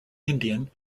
indian